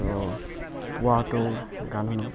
তো পুৱাটো গান শুনো